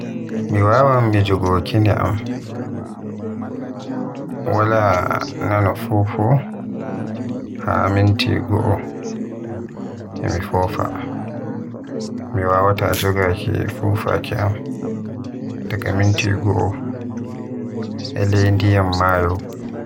Mi wawan mi jogo kine am, wala Nanafuu haa minti goo e mi fofo. Mi wawata jogaaki fufaaki am gada minti goo e ley ndiyam maayo.